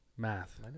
math